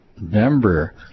member